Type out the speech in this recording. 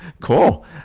cool